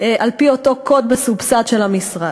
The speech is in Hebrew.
על-פי אותו קוד מסובסד של המשרד.